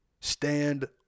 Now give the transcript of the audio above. stand